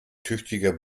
tüchtiger